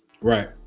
right